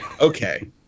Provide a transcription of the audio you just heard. okay